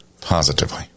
positively